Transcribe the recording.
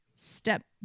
step